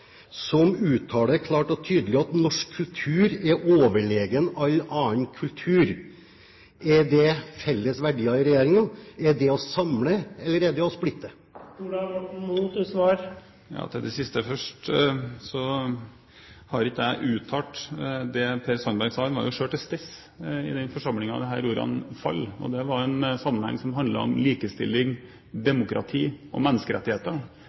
som uttaler klart og tydelig at norsk kultur er overlegen all annen kultur. Er det felles verdier i regjeringen? Er det å samle, eller er det å splitte? Til det siste først: Jeg har ikke uttalt det Per Sandberg sa. Han var jo selv til stede i den forsamlingen der disse ordene falt, og det var i en sammenheng som handlet om likestilling, demokrati og menneskerettigheter.